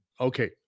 okay